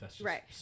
Right